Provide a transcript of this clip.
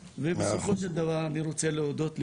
בסופו של דבר, אני רוצה להודות לכולם,